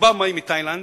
רובם באים מתאילנד,